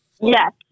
Yes